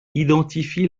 identifie